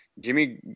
Jimmy